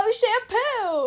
shampoo